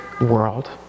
world